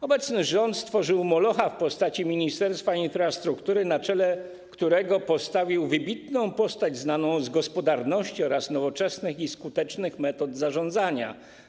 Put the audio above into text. Obecny rząd stworzył molocha w postaci Ministerstwa Infrastruktury, na czele którego postawił wybitną postać znaną z gospodarności oraz nowoczesnych i skutecznych metod zarządzania.